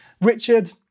Richard